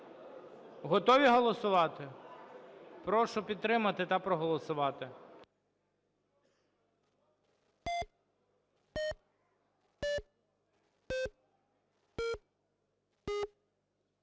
Готові голосувати? Прошу підтримати та проголосувати.